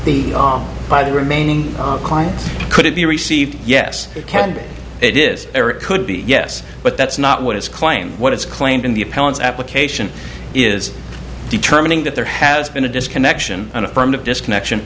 the by the remaining client could it be received yes it is or it could be yes but that's not what it's claim what it's claimed in the appellants application is determining that there has been a disconnection an affirmative disconnection